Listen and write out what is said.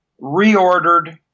reordered